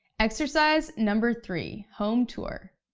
exercise number three, home tour.